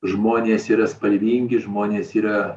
žmonės yra spalvingi žmonės yra